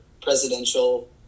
presidential